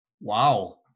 Wow